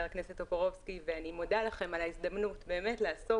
הכנסת טופורובסקי ואני מודה לכם על ההזדמנות לעסוק,